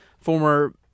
former